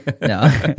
No